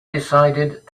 decided